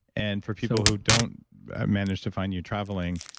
and for people who don't manage to find you traveling,